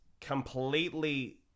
completely